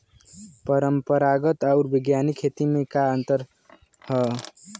परंपरागत आऊर वैज्ञानिक खेती में का अंतर ह?